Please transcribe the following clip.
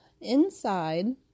Inside